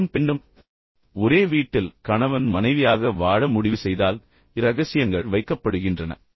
ஆணும் பெண்ணும் ஒரே வீட்டில் கணவன் மனைவியாக வாழ முடிவு செய்தால் இரகசியங்கள் வைக்கப்படுகின்றன